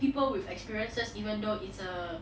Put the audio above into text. people with experiences even though it's a